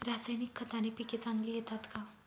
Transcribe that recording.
रासायनिक खताने पिके चांगली येतात का?